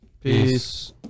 Peace